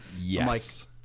Yes